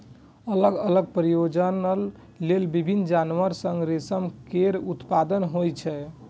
अलग अलग प्रयोजन लेल विभिन्न जानवर सं रेशम केर उत्पादन होइ छै